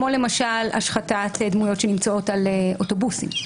כמו למשל השחתת דמויות שנמצאות על אוטובוסים.